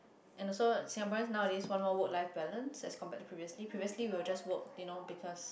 and also Singaporean nowadays want more work life balance as compared to previously previously we will just work you know because